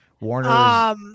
Warner